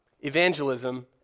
evangelism